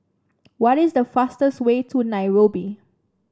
what is the fastest way to Nairobi